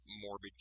morbid